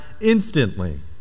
instantly